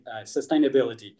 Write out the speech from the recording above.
sustainability